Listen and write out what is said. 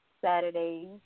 Saturdays